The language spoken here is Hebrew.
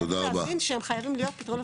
חייבים להבין שהם חייבים להיות פתרונות